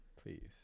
please